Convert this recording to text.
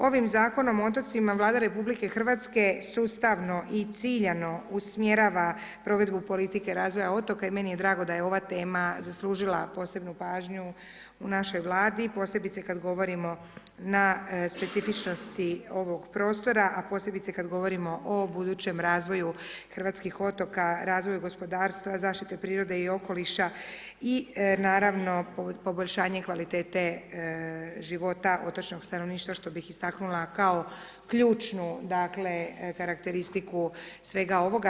Ovim Zakonom o otocima, Vlada RH, sustavno i ciljano usmjerava provedbu politike razvoja otoka i meni je drago da je ova tema zaslužila posebnu pažnju u našoj vladi, posebice kada govorimo na specifičnosti ovog prostora, a posebice kada govorimo o razvoju hrvatskih otoka, razvoju gospodarstva, zaštite prirode i okoliša i naravno poboljšanje kvalitete života otočnog stanovništva, što bi istaknula kao ključnu karakteristiku svega ovoga.